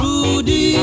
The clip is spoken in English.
Rudy